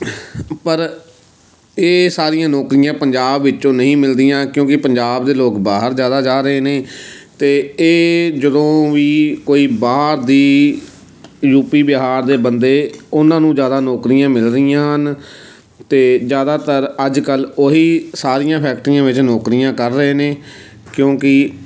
ਪਰ ਇਹ ਸਾਰੀਆਂ ਨੌਕਰੀਆਂ ਪੰਜਾਬ ਵਿੱਚੋਂ ਨਹੀਂ ਮਿਲਦੀਆਂ ਕਿਉਂਕਿ ਪੰਜਾਬ ਦੇ ਲੋਕ ਬਾਹਰ ਜ਼ਿਆਦਾ ਜਾ ਰਹੇ ਨੇ ਅਤੇ ਇਹ ਜਦੋਂ ਵੀ ਕੋਈ ਬਾਹਰ ਦੀ ਯੂਪੀ ਬਿਹਾਰ ਦੇ ਬੰਦੇ ਉਹਨਾਂ ਨੂੰ ਜ਼ਿਆਦਾ ਨੌਕਰੀਆਂ ਮਿਲ ਰਹੀਆਂ ਹਨ ਅਤੇ ਜ਼ਿਆਦਾਤਰ ਅੱਜ ਕੱਲ ਉਹੀ ਸਾਰੀਆਂ ਫੈਕਟਰੀਆਂ ਵਿੱਚ ਨੌਕਰੀਆਂ ਕਰ ਰਹੇ ਨੇ ਕਿਉਂਕਿ